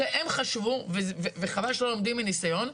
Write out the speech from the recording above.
הם חשבו, וחבל שלא לומדים מניסיון,